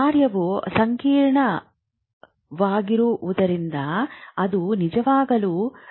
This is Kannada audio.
ಕಾರ್ಯವು ಸಂಕೀರ್ಣವಾಗಿರುವುದರಿಂದ ಅದು ನಿಜವಾಗಲು ಸಾಧ್ಯವಿಲ್ಲ